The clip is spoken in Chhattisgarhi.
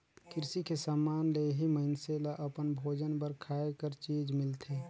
किरसी के समान ले ही मइनसे ल अपन भोजन बर खाए कर चीज मिलथे